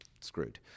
screwed